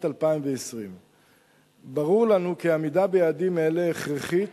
2020. ברור לנו כי עמידה ביעדים אלה הכרחית